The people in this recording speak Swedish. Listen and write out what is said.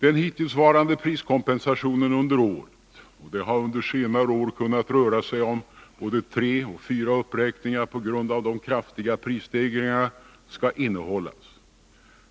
Den hittillsvarande priskompensationen under året — och det har under senare år kunnat röra sig om både tre och fyra uppräkningar på grund av de kraftiga prisstegringarna — skall innehållas.